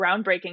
groundbreaking